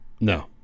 No